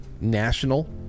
national